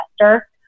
investor